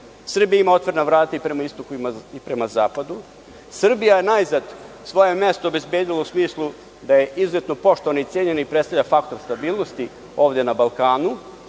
Srbija ima otvorena vrata i prema istoku i prema zapadu. Srbija je najzad svoje mesto obezbedila u smislu da je izuzetno poštovana i cenjena i predstavlja faktor stabilnosti ovde na Balkanu,